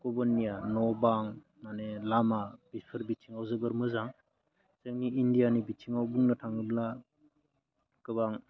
गुबुननिया न' बां माने लामा बेफोर बिथिङाव जोबोर मोजां जोंनि इन्डियानि बिथिङाव बुंनो थाङोब्ला गोबां